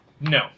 No